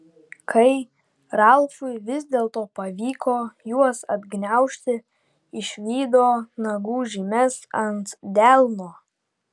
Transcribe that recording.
kai ralfui vis dėlto pavyko juos atgniaužti išvydo nagų žymes ant delno